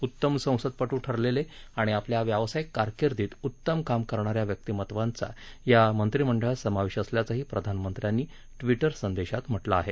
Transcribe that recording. उत्तम संसदपटू ठरलेले आणि आपल्या व्यावसायिक कारकिर्दीत उत्तम काम करणाऱ्या व्यक्तीमत्वाचा या मंत्रिमंडळात समावेश असल्याचंही प्रधानमंत्र्यांनी ट्विटर संदेशात म्हटलं आहे